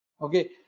Okay